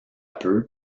peu